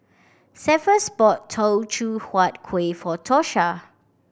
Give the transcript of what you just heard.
Cephus bought Teochew Huat Kueh for Tosha